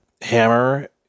Hammer